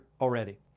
already